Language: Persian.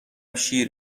شیر